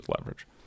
leverage